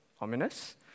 ominous